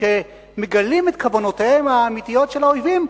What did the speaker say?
כשמגלים את כוונותיהם האמיתיות של האויבים,